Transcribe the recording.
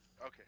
Okay